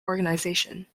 organization